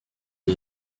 day